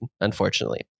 unfortunately